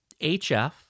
HF